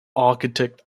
architect